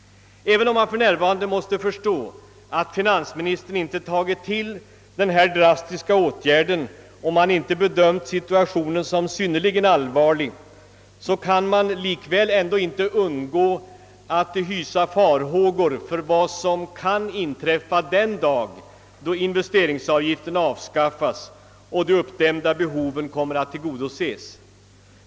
Även om man för närvarande måste förstå att finansministern inte tagit till denna drastiska åtgärd, om han inte hade bedömt situationen som synnerligen allvarlig, kan man likväl ej undgå att hysa farhågor för vad som kan inträffa den dag då investeringsavgiften avskaffas och de uppdämda behoven skall tillgodoses.